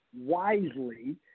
wisely